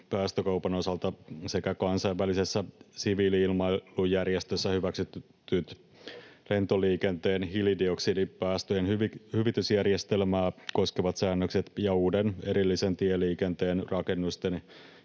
päästökaupan osalta sekä Kansainvälisessä siviili-ilmailujärjestössä hyväksytyt lentoliikenteen hiilidioksidipäästöjen hyvitysjärjestelmää koskevat säännökset ja uuden, erillisen tieliikenteen, rakennusten